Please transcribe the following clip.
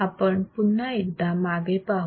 आपण पुन्हा एकदा मागे पाहू